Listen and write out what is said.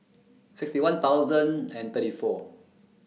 sixty one thousand and thirty four